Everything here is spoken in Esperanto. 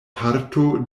parto